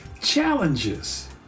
challenges